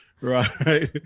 right